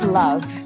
love